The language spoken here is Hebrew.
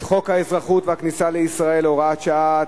תוקפו של חוק האזרחות והכניסה לישראל (הוראת שעה),